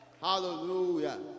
Hallelujah